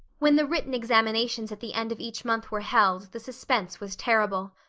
when the written examinations at the end of each month were held the suspense was terrible.